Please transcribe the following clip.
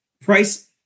price